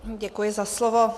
Děkuji za slovo.